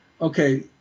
okay